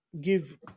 give